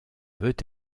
veut